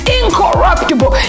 incorruptible